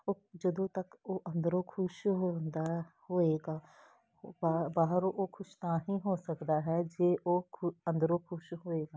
ਉਹ ਜਦੋਂ ਤੱਕ ਉਹ ਅੰਦਰੋਂ ਖੁਸ਼ ਹੁੰਦਾ ਹੋਏਗਾ ਉਹ ਬਾ ਬਾਹਰੋਂ ਉਹ ਖੁਸ਼ ਤਾਂ ਹੀ ਹੋ ਸਕਦਾ ਹੈ ਜੇ ਉਹ ਖੁ ਅੰਦਰੋਂ ਖੁਸ਼ ਹੋਏਗਾ